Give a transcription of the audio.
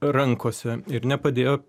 rankose ir nepadėjo